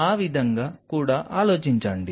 ఆ విధంగా కూడా ఆలోచించండి